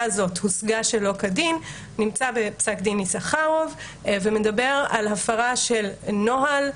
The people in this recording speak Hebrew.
הזאת "הושגה שלא כדין" נמצא בפסק דין יששכרוב ומדבר על הפרה של נוהל,